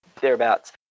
thereabouts